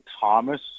Thomas